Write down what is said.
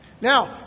Now